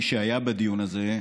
כל מי שהיה בדיון הזה,